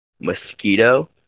Mosquito